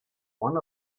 one